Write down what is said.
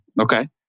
Okay